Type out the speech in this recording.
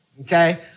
okay